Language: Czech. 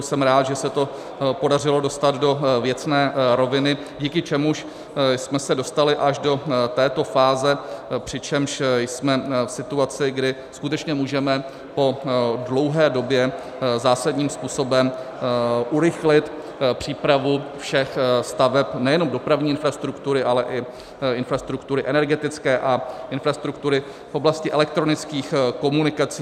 Jsem rád, že se to podařilo dostat do věcné roviny, díky čemuž jsme se dostali až do této fáze, přičemž jsme v situaci, kdy skutečně můžeme po dlouhé době zásadním způsobem urychlit přípravu všech staveb nejenom dopravní infrastruktury, ale i infrastruktury energetické a infrastruktury v oblasti elektronických komunikací.